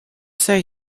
say